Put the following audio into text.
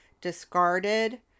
discarded